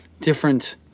different